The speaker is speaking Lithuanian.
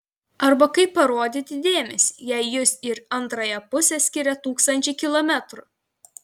arba kaip parodyti dėmesį jei jus ir antrąją pusę skiria tūkstančiai kilometrų